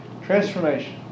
Transformation